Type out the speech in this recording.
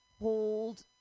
hold